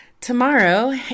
Tomorrow